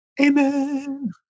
Amen